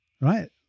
Right